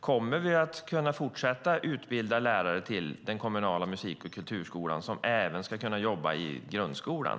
Kommer vi att kunna fortsätta att utbilda lärare till den kommunala musik och kulturskolan som även ska kunna jobba i grundskolan?